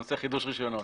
בנושא חידוש רישיונות.